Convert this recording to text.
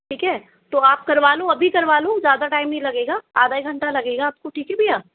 ठीक है तो आप करवा लो अभी करवा लो ज़्यादा टाइम नहीं लगेगा आधा ही घंटा लगेगा आपको ठीक है भैया